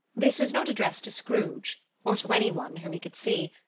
this was not addressed to scrooge, or to any one whom he could see,